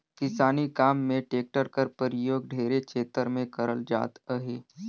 किसानी काम मे टेक्टर कर परियोग ढेरे छेतर मे करल जात अहे